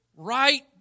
Right